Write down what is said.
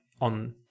on